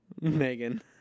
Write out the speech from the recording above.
Megan